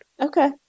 Okay